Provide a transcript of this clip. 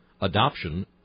adoption